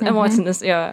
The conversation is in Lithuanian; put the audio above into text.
emocinis jo jo